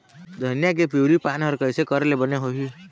धनिया के पिवरी पान हर कइसे करेले बने होही?